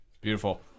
beautiful